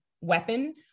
weapon